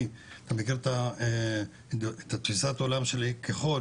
אני אתה מכיר את תפיסת העולם שלי ככל